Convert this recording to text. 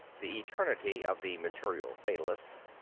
the eternity of the material fatalists,